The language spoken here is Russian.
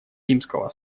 римского